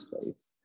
place